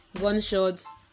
gunshots